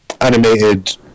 animated